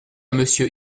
monsieur